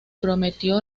prometió